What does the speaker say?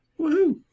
woohoo